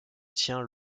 tient